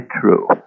true